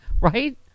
right